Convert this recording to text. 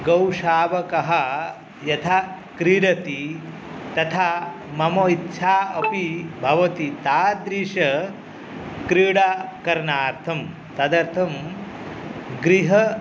गौशावकः यथा क्रीडति तथा मम इच्छा अपि भवति तादृश क्रीडाकरणार्थं तदर्थं गृह